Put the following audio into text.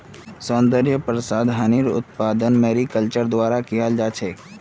सौन्दर्य प्रसाधनेर उत्पादन मैरीकल्चरेर द्वारा कियाल जा छेक